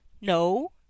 no